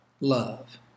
love